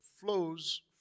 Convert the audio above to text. flows